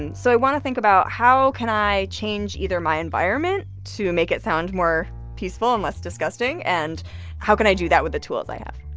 and so i want to think about how can i change either my environment to make it sound more peaceful and less disgusting? and how can i do that with the tools i have?